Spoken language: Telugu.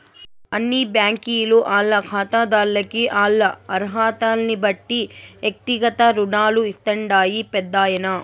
అన్ని బ్యాంకీలు ఆల్ల కాతాదార్లకి ఆల్ల అరహతల్నిబట్టి ఎక్తిగత రుణాలు ఇస్తాండాయి పెద్దాయనా